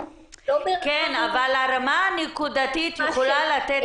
כן, אבל הרמה הנקודתית יכולה לתת